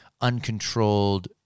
uncontrolled